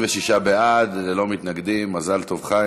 התכנון והבנייה (תיקון, פיצול דירות),